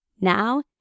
Now